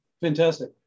fantastic